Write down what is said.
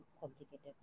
complicated